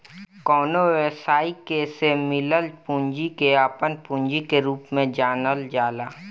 कवनो व्यवसायी के से मिलल पूंजी के आपन पूंजी के रूप में जानल जाला